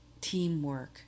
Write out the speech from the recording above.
teamwork